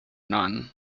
none